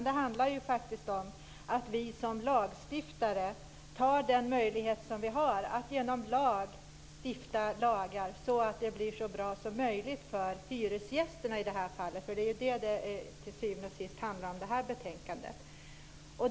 Det handlar faktiskt om att vi som lagstiftare tar den möjlighet som vi har att stifta lagar så att det blir så bra som möjligt - i detta fall för hyresgästerna, som detta betänkande till syvende och sist handlar om.